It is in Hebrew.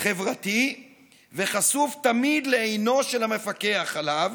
חברתי וחשוף תמיד לעינו של המפקח עליו